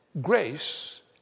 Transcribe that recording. grace